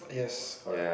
yes correct